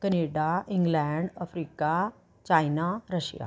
Canada England Africa China Russia